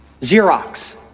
Xerox